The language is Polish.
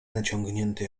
naciągnięty